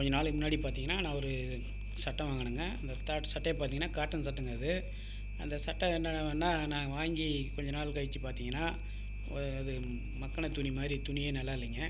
கொஞ்சம் நாளைக்கு முன்னாடி பார்த்தீங்கன்னா நான் ஒரு சட்டை வாங்குனங்க அந்த சட்டைய பார்த்தீங்கனா காட்டன் சட்டைங்க அது அந்த சட்டை என்னடானா நாங்கள் வாங்கி கொஞ்சம் நாள் கழிச்சி பார்த்தீங்கன்னா இது மக்கின துணி மாதிரி துணியே நல்லா இல்லைங்க